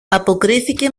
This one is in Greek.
αποκρίθηκε